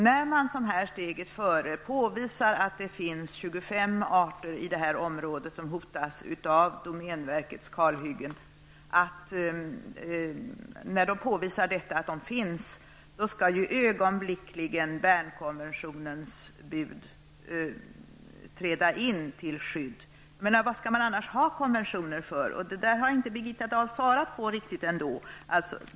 När man som Steget före här gjort påvisar att det finns 25 arter i detta område som hotas av domänverkets kalhyggen, skall Bernkonventionens bud ögonblickligen träda in till skydd. Vad skall man annars ha konventioner till? Detta har Birgitta Dahl inte riktigt svarat på.